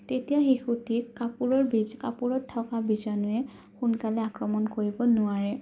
তেতিয়া শিশুটিক কাপোৰৰ বিজ কাপোৰত থকা বীজাণুৱে সোনকালে আক্ৰমণ কৰিব নোৱাৰে